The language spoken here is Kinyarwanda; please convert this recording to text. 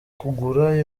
kugura